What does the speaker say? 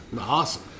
Awesome